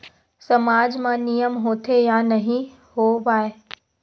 सामाज मा नियम होथे या नहीं हो वाए?